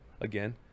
again